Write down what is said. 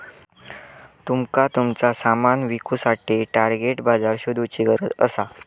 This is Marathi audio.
तुमका तुमचा सामान विकुसाठी टार्गेट बाजार शोधुची गरज असा